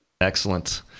Excellent